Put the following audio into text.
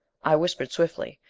i whispered swiftly,